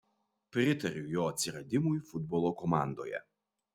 pritariu jo atsiradimui futbolo komandoje